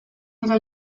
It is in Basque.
dira